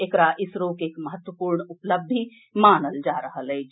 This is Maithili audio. एकरा इसरोक एक महत्वपूर्ण उपलब्धि मानल जा रहल अछि